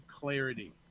clarity